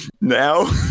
Now